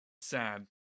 Sad